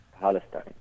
Palestine